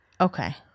Okay